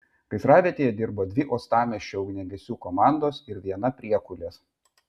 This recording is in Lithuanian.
gaisravietėje dirbo dvi uostamiesčio ugniagesių komandos ir viena priekulės